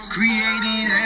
Created